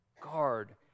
guard